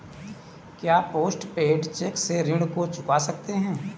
क्या post paid cheque से ऋण को चुका सकते हैं?